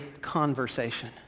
conversation